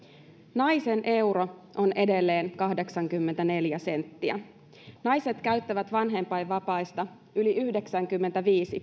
naisen euro on edelleen kahdeksankymmentäneljä senttiä naiset käyttävät vanhempainvapaista yli yhdeksänkymmentäviisi